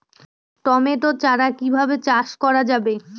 Tomato চারা কিভাবে চাষ করা যাবে?